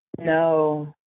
no